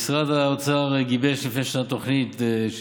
משרד האוצר גיבש לפני כשנה תוכנית,